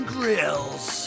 Grills